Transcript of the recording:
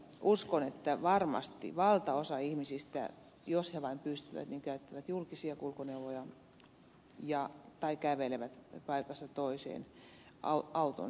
uskon että varmasti valtaosa ihmisistä jos vain pystyy käyttää julkisia kulkuneuvoja tai kävelee paikasta toiseen auton sijasta